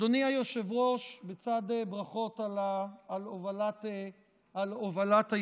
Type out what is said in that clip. אדוני היושב-ראש, בצד ברכות על הובלת הישיבה,